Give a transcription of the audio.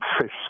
fish